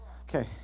Okay